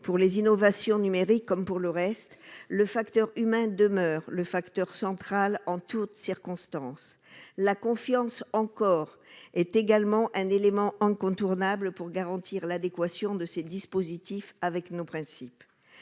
Pour les innovations numériques comme pour le reste, le facteur humain demeure central en toutes circonstances. La confiance est également un élément incontournable pour garantir l'adéquation des dispositifs à nos principes.